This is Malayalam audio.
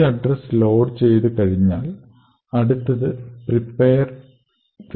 ഈ അഡ്രസ് ലോഡ് ചെയ്ത കഴിഞ്ഞാൽ അടുത്തത് പ്രിപ്പെയർ റിസോൾവെർ ആണ്